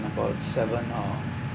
about seven or